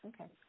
okay